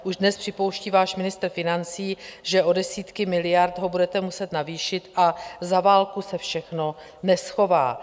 Už dnes připouští váš ministr financí, že o desítky miliard ho budete muset navýšit, a za válku se všechno neschová.